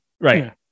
Right